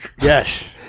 Yes